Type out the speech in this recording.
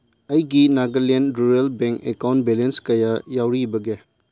ꯑꯩꯒꯤ Nagaland rural bank account balance ꯀꯌꯥ ꯌꯥꯎꯔꯤꯕꯒꯦ